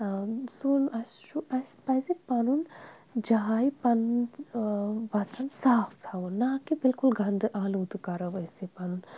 سون اَسہِ چھُ اَسہِ پَزِ پَنُن جاے پَنُن وَطن صاف تھاوُن نا کہِ بِلکُل گَندٕ آلوٗدٕ کَرَو أسۍ یہِ پَنُن